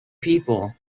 people